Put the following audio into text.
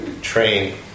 train